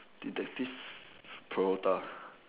detective-peralta